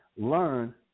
Learn